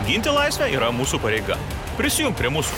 ginti laisvę yra mūsų pareiga prisijunk prie mūsų